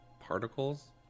particles